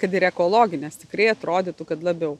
kad ir ekologines tikrai atrodytų kad labiau